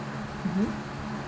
mmhmm